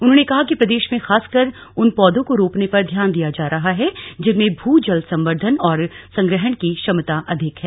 उन्होंने कहा कि प्रदेश में खासकर उन पौधों को रोपने पर ध्यान दिया जा रहा है जिनमें भू जल संर्वधन और संग्रहण की क्षमता अधिक है